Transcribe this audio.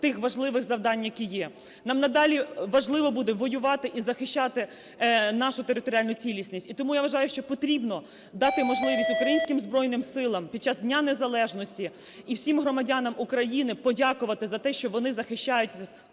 тих важливих завдань, які є. Нам далі важливо буде воювати і захищати нашу територіальну цілісність. І тому я вважаю, що потрібно дати можливість українським Збройним Силам під час Дня незалежності і всім громадянам України подякувати за те. що вони захищають нас